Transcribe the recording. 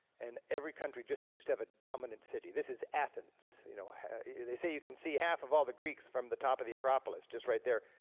and every country just seems to have a dominant city. this is athens. you know they say you can see half of all the greeks from the top of the acropolis, just right there,